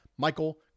Michael